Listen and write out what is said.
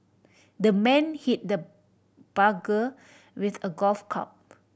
the man hit the with a golf